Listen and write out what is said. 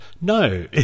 No